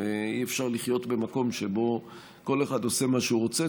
אי-אפשר לחיות במקום שבו כל אחד עושה מה שהוא רוצה.